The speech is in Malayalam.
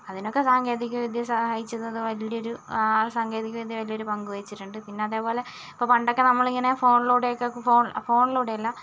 അതിനൊക്കെ സാങ്കേതിക വിദ്യ സഹായിച്ചിരുന്നത് വലിയൊരു സാങ്കേതിക വിദ്യ വലിയൊരു പങ്ക് വഹിച്ചിട്ടുണ്ട് പിന്നെ അതേപോലെ ഇപ്പോൾ പണ്ടൊക്കെ നമ്മളിങ്ങനെ ഫോണിലൂടെയൊക്കെ ഫോൺ ഫോണിലൂടെയല്ല